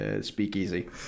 speakeasy